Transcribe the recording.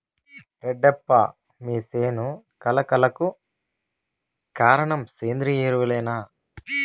రెడ్డప్ప మీ సేను కళ కళకు కారణం సేంద్రీయ ఎరువులేనా